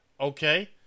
Okay